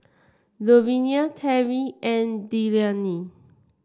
Louvenia Terry and Delaney